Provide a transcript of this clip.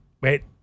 wait